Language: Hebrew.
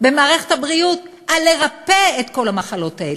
במערכת הבריאות על הריפוי של כל המחלות האלה.